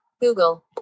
Google